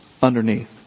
underneath